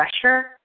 pressure